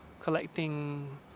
collecting